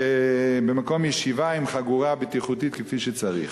במקום ישיבה עם חגורת בטיחות, כפי שצריך.